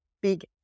big